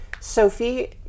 Sophie